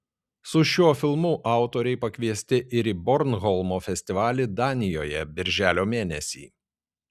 su šiuo filmu autoriai pakviesti ir į bornholmo festivalį danijoje birželio mėnesį